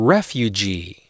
Refugee